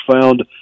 found